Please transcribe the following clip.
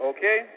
Okay